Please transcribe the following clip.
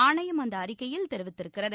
ஆணையம் அந்த அறிக்கையில் தெரிவித்திருக்கிறது